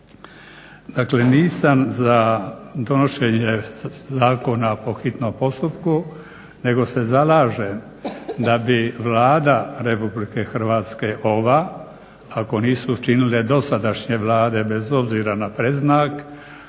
Dakle, nisam za donošenje zakona po hitnom postupku, nego se zalažem da bi Vlada Republike Hrvatske ova ako nisu učinile dosadašnje Vlade bez obzira na predznak